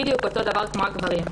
בדיוק אותו דבר כמו הגברים.